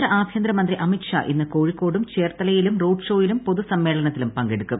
കേന്ദ്ര ആഭ്യന്തര മന്ത്രി അമിത്ഷാ ഇന്ന് കോഴിക്കോടും ചേർത്തലയിലും റോഡ്ഷോയിലും പൊതുസമ്മേളത്തിലും പങ്കെടുക്കും